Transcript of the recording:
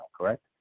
correct